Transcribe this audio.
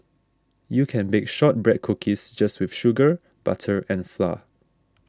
you can bake Shortbread Cookies just with sugar butter and flour